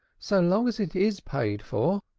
so long as it is paid for,